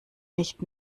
nicht